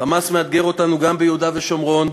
"חמאס" מאתגר אותנו גם ביהודה ושומרון.